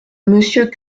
monsieur